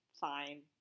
fine